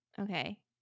Okay